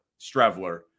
strevler